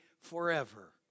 forever